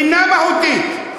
אינה מהותית.